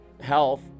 Health